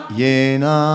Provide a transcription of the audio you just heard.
yena